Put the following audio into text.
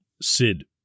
Sid